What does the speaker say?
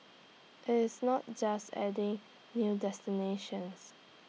IT is not just adding new destinations